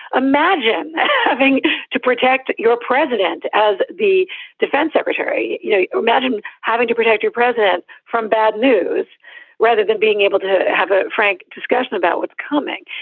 imagine having to protect your president as the defense secretary. you know, imagine having to protect your president from bad news rather than being able to have a frank discussion discussion about what's coming.